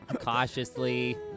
cautiously